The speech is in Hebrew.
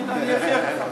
אני אוכיח לך.